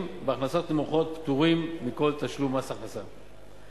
בהכנסות נמוכות פטורים מכל תשלום מס הכנסה.